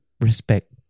respect